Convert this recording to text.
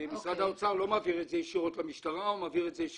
אבל הוא מעין גוף